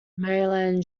maryland